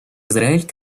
израиль